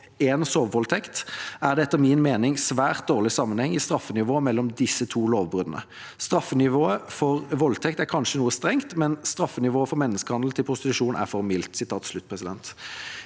én «sovevoldtekt», er det etter min mening svært dårlig sammenheng i straffenivået mellom de to lovbruddene. Straffenivået for «sovevoldtekt» er kanskje noe strengt, mens straffenivået for menneskehandel til prostitusjon er for mildt.»